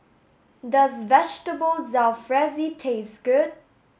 does Vegetable Jalfrezi taste good